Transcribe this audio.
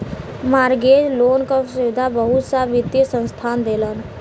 mortgage loan क सुविधा बहुत सा वित्तीय संस्थान देलन